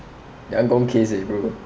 that one gone case eh bro